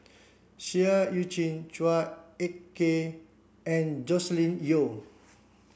Seah Eu Chin Chua Ek Kay and Joscelin Yeo